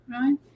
right